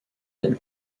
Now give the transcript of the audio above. quel